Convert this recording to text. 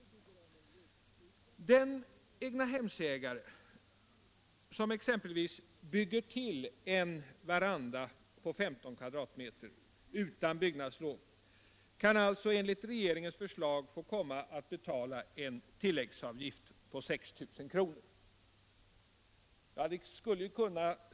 Den egnahemsägare som exempelvis bygger till en veranda på 15 kvadratmeter utan byggnadslov kan alltså enligt regeringens förslag få komma att betala en tilläggsavgift på 6 000 kr.